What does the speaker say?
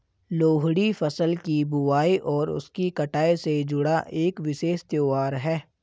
लोहड़ी फसल की बुआई और उसकी कटाई से जुड़ा एक विशेष त्यौहार है